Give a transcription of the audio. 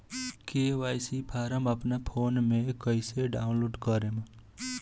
KYC form अपना phone मे कइसे डाऊनलोड करेम?